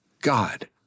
God